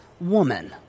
woman